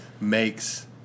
makes